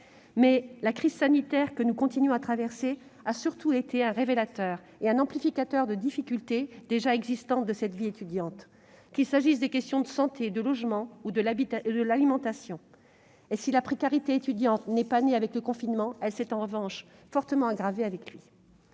Mais la crise sanitaire que nous continuons à traverser a surtout été un révélateur et un amplificateur de difficultés déjà existantes de la vie étudiante, qu'il s'agisse de la santé, du logement ou de l'alimentation. Si la précarité étudiante n'est pas née avec le confinement, elle s'est en revanche fortement aggravée avec lui.